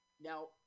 Now